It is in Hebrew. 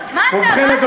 נאמרים.